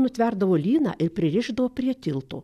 nutverdavo lyną ir pririšdavo prie tilto